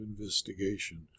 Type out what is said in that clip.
investigation